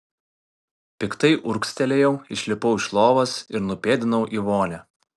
piktai urgztelėjau išlipau iš lovos ir nupėdinau į vonią